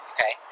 Okay